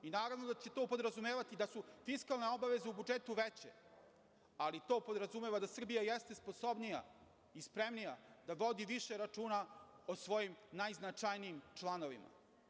Naravno da će to podrazumevati da su fiskalne obaveze u budžetu veće, ali to podrazumeva i da Srbija jeste sposobnija i spremnija da vodi više računa o svojim najznačajnijim članovima.